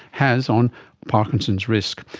has on parkinson's risk,